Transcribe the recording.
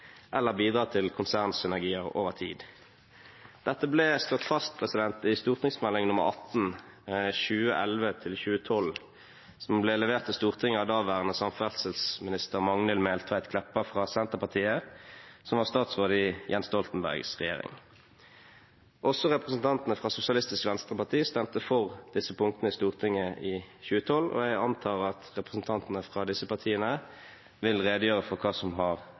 eller bidra til konsernsynergier over tid. Dette ble slått fast i Meld. St. 18 for 2011–2012, som ble levert til Stortinget av daværende samferdselsminister Magnhild Meltveit Kleppa fra Senterpartiet, som var statsråd i Jens Stoltenbergs regjering. Representantene fra Sosialistisk Venstreparti stemte for disse punktene i Stortinget i 2012, og jeg antar at representantene fra disse partiene vil redegjøre for hva som har